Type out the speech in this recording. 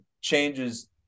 changes